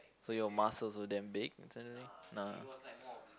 so your muscles were damn big nah